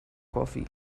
coffee